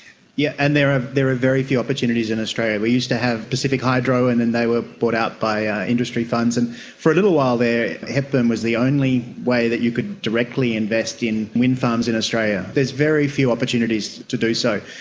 yeah and there ah there are very few opportunities in australia. we used to have pacific hydro and then they were bought out by industry funds. and for little while there hepburn was the only way that you could directly invest in wind farms in australia. there are very few opportunities to do so.